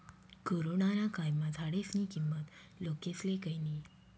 corona ना कायमा झाडेस्नी किंमत लोकेस्ले कयनी